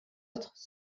autres